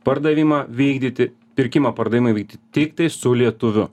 pardavimą vykdyti pirkimą pardavimą vykdyti tiktai su lietuviu